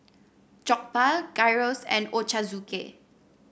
Jokbal Gyros and Ochazuke